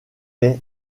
est